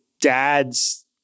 dad's